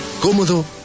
cómodo